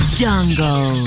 jungle